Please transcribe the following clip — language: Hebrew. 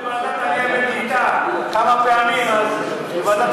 הנושא נדון כבר בוועדת